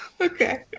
Okay